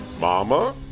mama